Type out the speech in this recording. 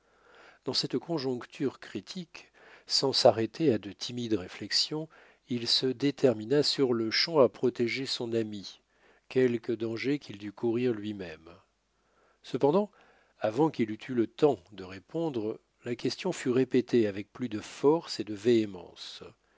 dans cette conjoncture critique sans s'arrêter à de timides réflexions il se détermina sur-le-champ à protéger son ami quelque danger qu'il dût courir lui-même cependant avant qu'il eût eu le temps de répondre la question fut répétée avec plus de force et de véhémence